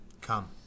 Come